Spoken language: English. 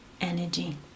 energy